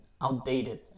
outdated